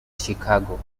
chicago